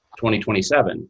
2027